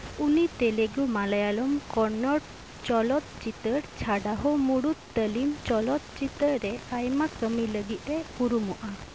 ᱩᱱᱤ ᱛᱮᱞᱮᱜᱩ ᱢᱟᱞᱟᱭᱟᱞᱚᱢ ᱠᱚᱱᱱᱚᱲ ᱪᱚᱞᱚᱛ ᱪᱤᱛᱟᱹᱨ ᱪᱷᱟᱰᱟ ᱦᱚᱸ ᱢᱩᱲᱩᱫ ᱛᱟᱹᱞᱤᱢ ᱪᱚᱞᱚᱛ ᱪᱤᱛᱟᱹᱨ ᱨᱮ ᱟᱭᱢᱟ ᱠᱟᱹᱢᱤ ᱞᱟᱹᱜᱤᱫ ᱮ ᱩᱨᱩᱢᱚᱜᱼᱟ